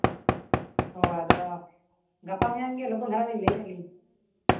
ᱦᱳᱭ ᱟᱫᱚ ᱜᱟᱯᱟ ᱢᱮᱭᱟᱝ ᱜᱮ ᱞᱚᱜᱚᱱ ᱫᱷᱟᱨᱟ ᱞᱟᱹᱭᱮᱫᱼᱟᱹᱞᱤᱧ